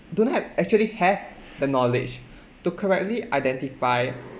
don't have actually have the knowledge to correctly identify